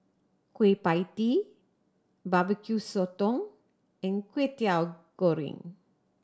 Kueh Pie Tee Barbecue Sotong and Kwetiau Goreng